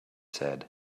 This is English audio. said